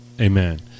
Amen